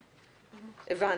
הבנתי.